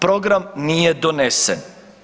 Program nije donesen.